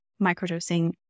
microdosing